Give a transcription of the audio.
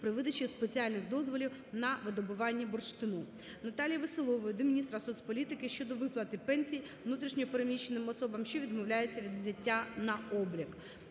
при видачі спеціальних дозволів на видобування бурштину. Наталії Веселової до міністра соцполітики України щодо виплати пенсій внутрішньо переміщеним особам, що відмовляються від взяття на облік.